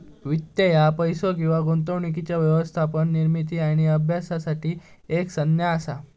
वित्त ह्या पैसो आणि गुंतवणुकीच्या व्यवस्थापन, निर्मिती आणि अभ्यासासाठी एक संज्ञा असा